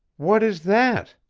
what is that?